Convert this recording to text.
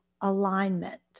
alignment